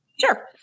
sure